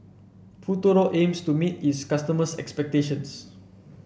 Futuro aims to meet its customers' expectations